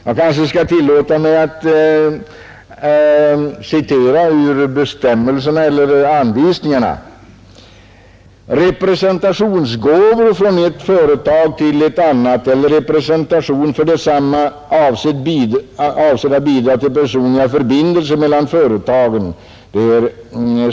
Jag kanske skall tillåta mig att citera ur anvisningarna: ”Representationsgåvan är en i kommersiella sammanhang förekommande gåva från ett företag till ett annat företag eller representant för detsamma, avsedd att bidraga till goda personliga förbindelser mellan företagen”.